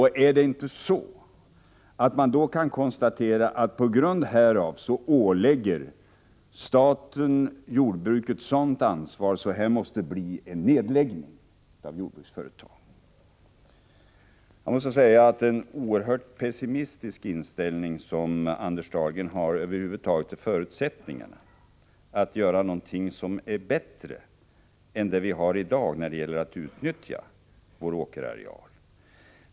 Är det inte så, att man då kan konstatera att staten på grund härav ålägger jordbruket ett sådant ansvar att det måste bli fråga om en nedläggning av jordbruksföretag? Jag måste säga att det är en oerhört pessimistisk inställning som Anders Dahlgren har i fråga om förutsättningarna över huvud taget att åstadkomma någonting som är bättre än det vi har i dag när det gäller att utnyttja vår åkerareal.